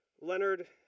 Leonard